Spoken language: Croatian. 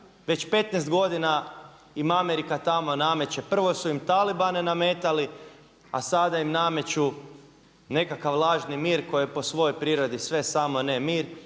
već 15 godina im Amerika tamo nameće, prvo su im talibane nametali a sada im nameću nekakav lažni mir koji je po svojoj prirodi sve samo ne mir